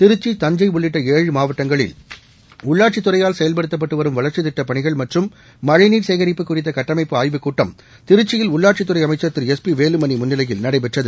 திருச்சி தஞ்சை உள்ளிட்ட ஏழு மாவட்டங்களில் உள்ளாட்சித் துறையால் செயல்படுத்தப்பட்டு வரும் வளர்ச்சி திட்டப்பணிகள் மற்றும் மழைநீர் சேகரிப்பு குறித்த கட்டமைப்பு ஆய்வுக்கூட்டம் திருச்சியில் உள்ளாட்சித்துறை அமைச்சர் திரு எஸ் பி வேலுமணி முன்னிலையில் நடைபெற்றது